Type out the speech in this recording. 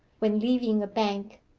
when leaving a bank,